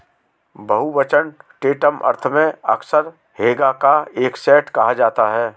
बहुवचन टैंटम अर्थ में अक्सर हैगा का एक सेट कहा जाता है